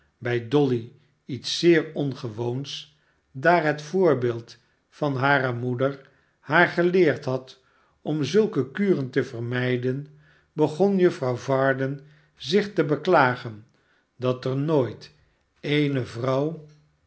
bij dolly iets zeer ongewoons daar het voorbeeld van hare moeder haar geleerd had om zulke kuren te vermijden begon juffrouw varden zich te beklagen dat er nooit eene vrouw